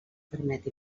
permet